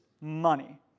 money